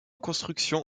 construction